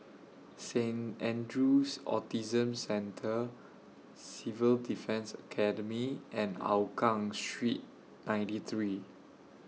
Saint Andrew's Autism Centre Civil Defence Academy and Hougang Street ninety three